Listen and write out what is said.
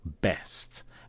best